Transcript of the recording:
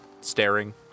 staring